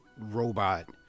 robot